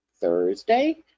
Thursday